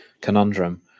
conundrum